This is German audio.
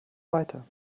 weiter